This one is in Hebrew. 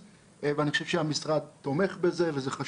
אני הגעתי היום ברכבת מזכרון, זאת הדרך המהירה